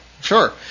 sure